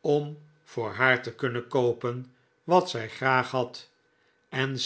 om voor haar te kunnen koopen wat zij graag had en